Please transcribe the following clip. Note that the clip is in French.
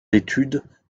d’études